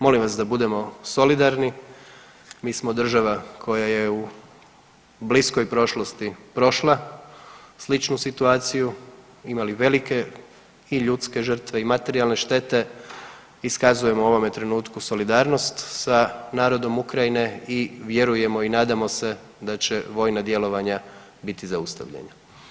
Molim vas da budemo solidarni, mi smo država koja je u bliskoj prošlosti prošla sličnu situaciju, imali velike i ljudske žrtve i materijalne štete, iskazujemo u ovome trenutku solidarnost sa narodom Ukrajine i vjerujemo i nadamo se da će vojna djelovanja biti zaustavljena.